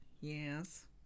Yes